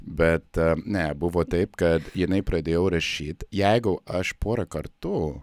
bet ne buvo taip kad jinai pradėjau rašyt jeigu aš pora kartų